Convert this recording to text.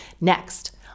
Next